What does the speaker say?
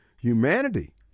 humanity